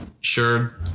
sure